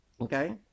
Okay